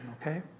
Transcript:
Okay